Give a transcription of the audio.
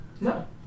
No